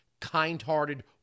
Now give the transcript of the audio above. kind-hearted